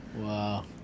Wow